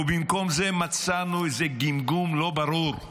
ובמקום זה, מצאנו איזה גמגום לא ברור,